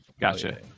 Gotcha